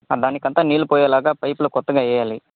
దానికంతా నీళ్ళు పోయేలాగ పైప్లు కొత్తగా వెయ్యాలి